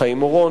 חיים אורון,